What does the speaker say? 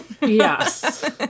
Yes